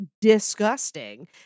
disgusting